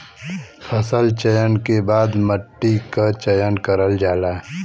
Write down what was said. फसल चयन के बाद मट्टी क चयन करल जाला